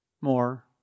more